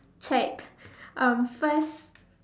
checked um first